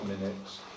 minutes